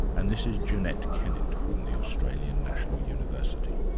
and this is jeanette kennett from the australian national university.